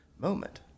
moment